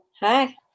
Hi